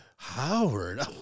Howard